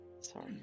Sorry